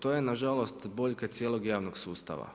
To je nažalost boljka cijelog javnog sustava.